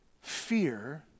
fear